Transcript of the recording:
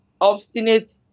Obstinate